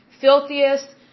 filthiest